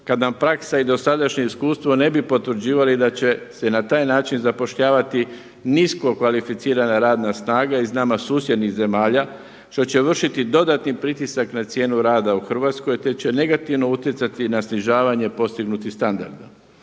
kada nam praksa i dosadašnje iskustvo ne bi potvrđivali da će se na taj način zapošljavati nisko kvalificirana radna iz nama susjednih zemalja što će vršiti dodatni pritisak na cijenu rada u Hrvatskoj, te će negativno utjecati na snižavanje postignutih standarda.